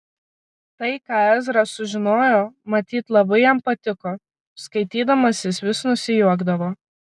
tai ką ezra sužinojo matyt labai jam patiko skaitydamas jis vis nusijuokdavo